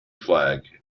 flag